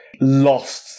Lost